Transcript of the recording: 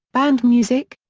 band music,